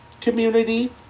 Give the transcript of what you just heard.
community